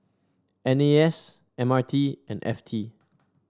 N A S M R T and F T